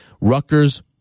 Rutgers